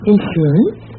Insurance